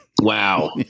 Wow